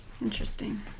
Interesting